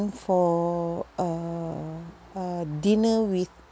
for uh uh dinner with